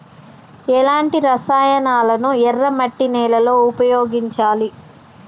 ఎలాంటి రసాయనాలను ఎర్ర మట్టి నేల లో ఉపయోగించాలి?